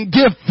give